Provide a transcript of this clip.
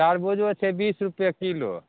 तारबुजो छै बीस रुपये किलो